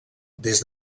des